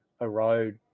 erode